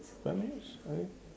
five minutes sorry